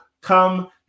come